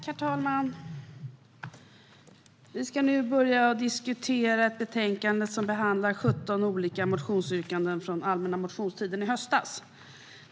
Herr talman! Vi ska nu diskutera ett betänkande som behandlar 17 olika motionsyrkanden från allmänna motionstiden i höstas.